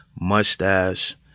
mustache